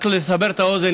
רק לסבר את האוזן,